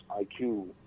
IQ